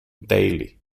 daily